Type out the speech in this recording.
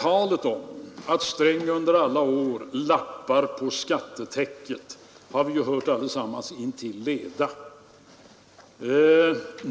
Talet om att Sträng under alla år lappar på skattetäcket har vi hört allesammans intill leda.